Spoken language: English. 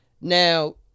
Now